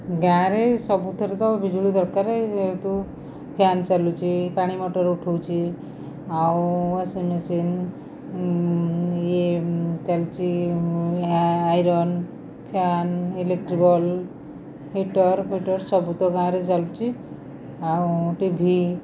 ଗାଁରେ ସବୁଥରେ ତ ବିଜୁଳି ଦରକାର ଯେହେତୁ ଫ୍ୟାନ୍ ଚାଲୁଛି ପାଣି ମଟର୍ ଉଠଉଛି ଆଉ ୱାସିଙ୍ଗ୍ ମେସିନ୍ ଇଏ ଚାଲିଛି iron fan electric bulb heater fitter ସବୁ ତ ଗାଁରେ ଚାଲୁଛି ଆଉ ଟି ଭି